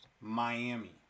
Miami